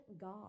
God